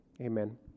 Amen